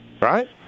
Right